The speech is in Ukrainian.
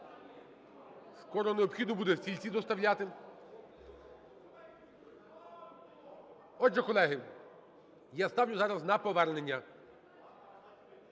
буде необхідно буде стільці доставляти. Отже, колеги, я ставлю зараз на повернення.